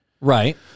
Right